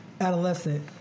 adolescent